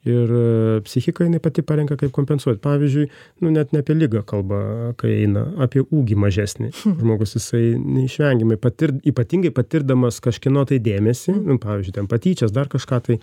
ir psichika jinai pati parenka kaip kompensuot pavyzdžiui nu net apie kalba eina apie ūgį mažesnį žmogus jisai neišvengiamai patirt ypatingai patirdamas kažkieno tai dėmesį pavyzdžiui ten patyčias dar kažką tai